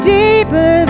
deeper